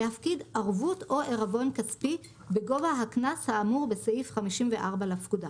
להפקיד ערבות או עירבון כספי בגובה הקנס האמור בסעיף 54 לפקודה.